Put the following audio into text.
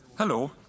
Hello